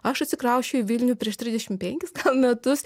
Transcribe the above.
aš atsikrausčiau į vilnių prieš trisdešimt penkis gal metus